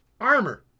Armor